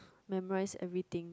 memorise everything